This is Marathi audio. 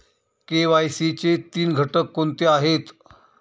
के.वाय.सी चे तीन घटक कोणते आहेत?